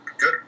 Good